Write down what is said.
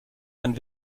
einen